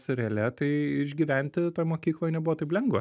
seriale tai išgyventi toj mokykloj nebuvo taip lengva